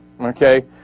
okay